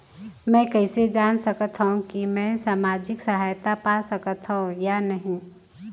मै कइसे जान सकथव कि मैं समाजिक सहायता पा सकथव या नहीं?